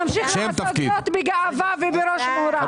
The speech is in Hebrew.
נמשיך לעשות זאת בגאווה ובראש מורם.